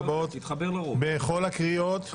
בכל הקריאות,